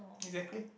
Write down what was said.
exactly